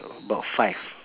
about five